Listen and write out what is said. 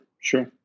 sure